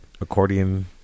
accordion